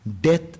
death